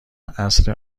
عصر